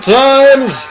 times